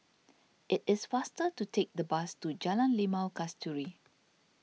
it is faster to take the bus to Jalan Limau Kasturi